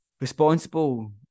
responsible